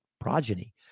progeny